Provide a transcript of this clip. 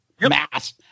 Mass